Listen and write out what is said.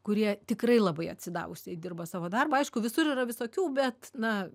kurie tikrai labai atsidavusiai dirba savo darbą aišku visur yra visokių bet na